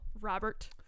Robert